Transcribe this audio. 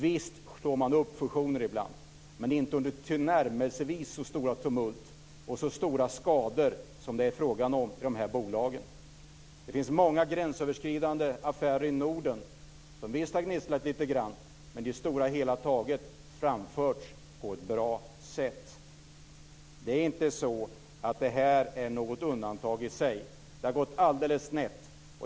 Visst slår man ibland upp fusioner men inte under tillnärmelsevis så stort tumult och med så stora skador som det är fråga om för de här bolagen. Det finns många gränsöverskridande affärer i Norden som förvisso har gnisslat lite grann men som på det hela taget genomförts på ett bra sätt. Det är inte så att det här är ett undantag i sig. Det har gått alldeles snett.